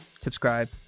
Subscribe